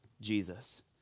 Jesus